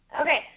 Okay